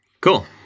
Cool